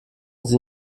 sie